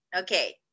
Okay